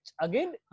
again